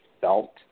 felt